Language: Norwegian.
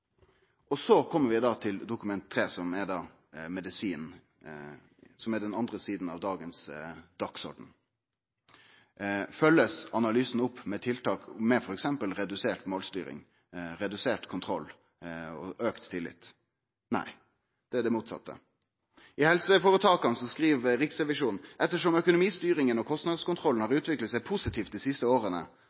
Så kjem vi til Dokument 3:1, som er medisinen, den andre saka på dagsordenen. Blir analysen følgd opp med tiltak, med f.eks. redusert målstyring, redusert kontroll og auka tillit? Nei, det er det motsette. Om helseføretaka skriv Riksrevisjonen: «Ettersom økonomistyringen og kostnadskontrollen har utviklet seg positivt de siste årene,